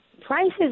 prices